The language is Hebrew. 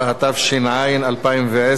התש"ע 2010,